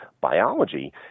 biology